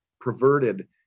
perverted